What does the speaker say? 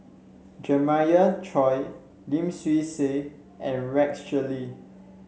Jeremiah Choy Lim Swee Say and Rex Shelley